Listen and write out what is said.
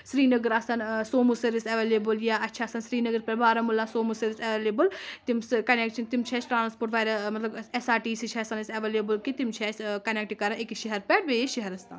سری نگر آسَان Sumo service available یا اَسہِ چھِ آسان سرینگر پؠٹھ بارہمولہ سومو سٔروِس ایویلیبٕل تِم کَنؠکشن تِم چھِ اَسہِ ٹرانسپوٹ واریاہ مطلب ایس آر ٹی سی چھِ آسان اَسہِ ایویلیبٕل کہِ تِم چھِ اَسہِ کَنؠکٹہٕ کران أکِس شہر پؠٹھ بیٚیِس شہرَس تام